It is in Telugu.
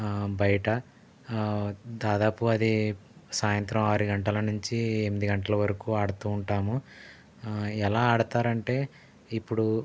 బయట దాదాపు అది సాయంత్రం ఆరు గంటలు నుంచి ఎనిమిది గంటల వరకు ఆడుతూ ఉంటాము ఎలా ఆడుతారంటే ఇప్పుడు